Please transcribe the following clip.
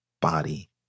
body